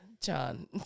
John